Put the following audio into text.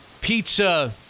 pizza